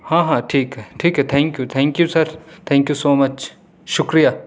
ہاں ہاں ٹھیک ہے ٹھیک ہے thank you thank you sir thank you thank you so much شکریہ